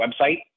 website